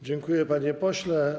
Dziękuję, panie pośle.